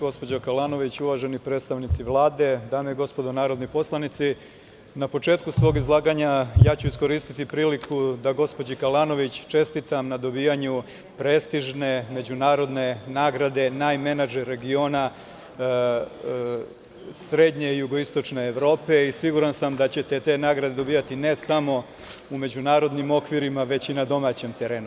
Gospođo Kalanović, uvaženi predstavnici Vlade, dame i gospodo narodni poslanici, na početku svog izlaganja ja ću iskoristiti priliku da gospođi Kalanović čestitam na dobijanju prestižne međunarodne nagrade "Naj-menadžer regiona srednje i jugoistočne Evrope" i siguran sam da ćete te nagrade dobijati ne samo u međunarodnim okvirima, nego i na domaćem terenu.